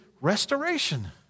restoration